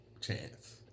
chance